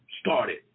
started